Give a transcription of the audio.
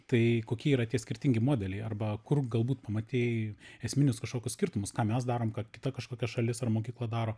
tai kokie yra tie skirtingi modeliai arba kur galbūt pamatei esminius kažkokius skirtumus ką mes darom kad kita kažkokia šalis ar mokykla daro